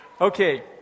Okay